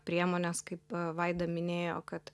priemonės kaip vaida minėjo kad